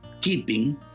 keeping